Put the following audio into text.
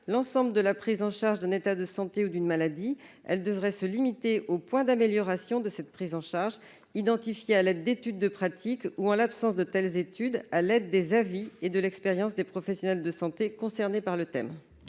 l'ensemble de la prise en charge d'un état de santé ou d'une maladie. Elles devraient se limiter aux points d'amélioration de cette prise en charge, identifiés à l'aide d'études de pratiques ou, en l'absence de telles études, à l'aide des avis et de l'expérience des professionnels de santé concernés par le thème.